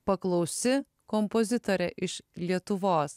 paklausi kompozitorė iš lietuvos